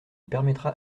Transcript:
permettra